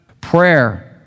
prayer